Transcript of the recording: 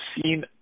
seen –